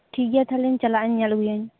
ᱴᱷᱤᱠᱜᱮᱭᱟ ᱛᱟᱦᱚᱞᱮ ᱪᱟᱞᱟᱜᱟᱹᱧ ᱧᱮᱞ ᱟᱹᱜᱩᱭᱟᱹᱧ